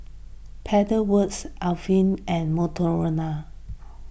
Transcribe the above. Pedal Works Alpen and Motorola